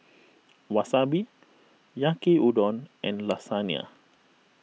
Wasabi Yaki Udon and Lasagna